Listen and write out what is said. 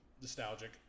nostalgic